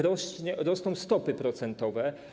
Rosną stopy procentowe.